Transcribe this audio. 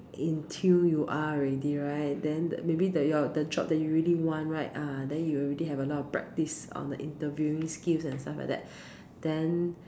in tuned you are already right then maybe the your the job that you really want right ah then you already have a lot practice on the interviewing skills and stuffs like that then